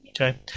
okay